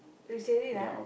you said it ah